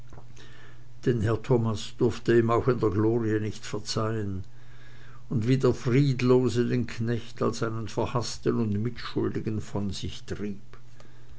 denn herr thomas durfte ihm auch in der glorie nicht verzeihen und wie der friedlose den knecht als einen verhaften und mitschuldigen von sich trieb